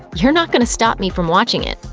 you're not gonna stop me from watching it.